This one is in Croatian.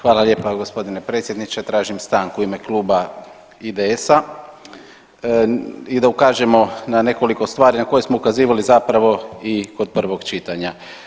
Hvala lijepa gospodine predsjedniče tražim stanku u ime kluba IDS-a i da ukažemo na nekoliko stvari na koje smo ukazivali zapravo i kod prvog čitanja.